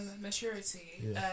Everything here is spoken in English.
maturity